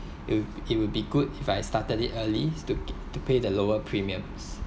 you it will be good if I started it early to to pay the lower premiums